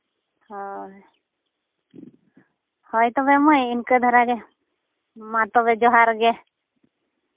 ᱦᱳᱭ ᱦᱳᱭ ᱛᱚᱵᱮ ᱢᱟᱹᱭ ᱤᱱᱠᱟᱹ ᱫᱷᱟᱨᱟ ᱜᱮ ᱢᱟ ᱛᱚᱵᱮ ᱡᱚᱦᱟᱨ ᱜᱮ